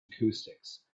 acoustics